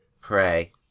Pray